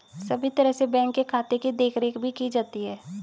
सभी तरह से बैंक के खाते की देखरेख भी की जाती है